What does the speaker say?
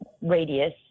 radius